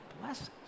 blessings